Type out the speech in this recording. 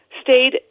stayed